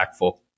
impactful